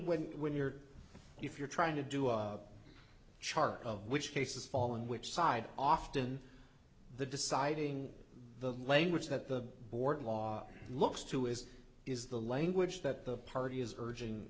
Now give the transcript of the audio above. wouldn't when you're if you're trying to do a chart of which cases fall in which side often the deciding the language that the board law looks to is is the language that the party is urging